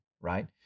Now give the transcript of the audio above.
right